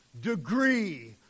degree